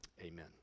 amen